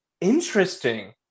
Interesting